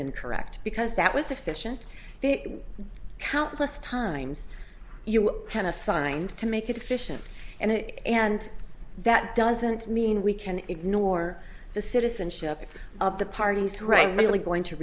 and correct because that was sufficient countless times you can assigned to make it efficient and and that doesn't mean we can ignore the citizenship of the parties right merely going to